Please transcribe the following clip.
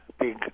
big